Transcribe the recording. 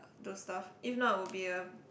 those stuff if not I would be a